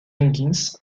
hingis